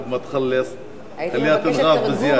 הייתי מבקשת תרגום,